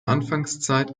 anfangszeit